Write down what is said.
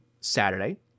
saturday